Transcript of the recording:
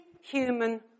human